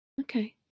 Okay